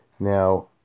Now